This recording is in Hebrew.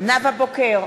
נאוה בוקר,